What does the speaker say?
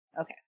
okay